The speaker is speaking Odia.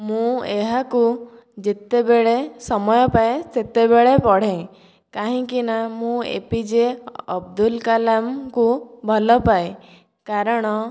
ମୁଁ ଏହାକୁ ଯେତେବେଳେ ସମୟ ପାଏ ସେତେବେଳେ ପଢେ କାହିଁକି ନା ମୁଁ ଏପିଜେ ଅବଦୁଲ କାଲାମଙ୍କୁ ଭଲ ପାଏ କାରଣ